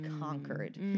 conquered